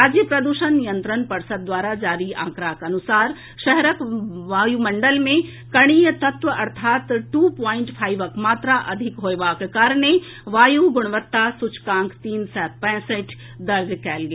राज्य प्रदूषण नियंत्रण पर्षद द्वारा जारी आंकड़ाक अनुसार शहरक वायुमंडल मे कणीय तत्व अर्थात् टू प्वाइंट फाइवक मात्रा अधिक होयबाक कारणे वायु गुणवत्ता सूचकांक तीन सय पैंसठि दर्ज कयल गेल